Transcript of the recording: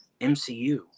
MCU